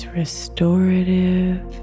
restorative